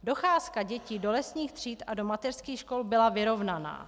Docházka dětí do lesních tříd a do mateřských škol byla vyrovnaná.